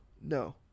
no